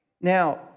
Now